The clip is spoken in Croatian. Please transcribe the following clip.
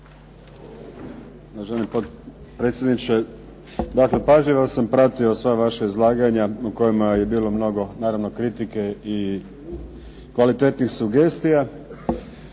Uvaženi potpredsjedniče. Dakle, pažljivo sam pratio sva vaša izlaganja u kojima je bilo mnogo naravno kritike i kvalitetnih sugestija.